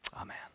Amen